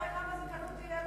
נראה כמה הזדמנות תהיה לו,